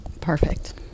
Perfect